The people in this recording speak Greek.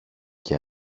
και